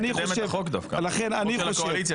רוצים לקדם את החוק דווקא, זה חוק של הקואליציה.